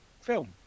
film